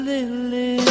Lily